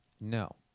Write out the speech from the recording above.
No